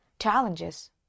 Challenges